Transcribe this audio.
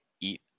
eat